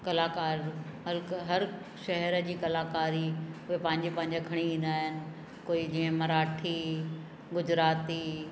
कलाकार हलक हर शहर जी कलाकारी उहे पंहिंजे पंहिंजा खणी ईंदा आहिनि कोई जीअं मराठी गुजराती